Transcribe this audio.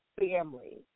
family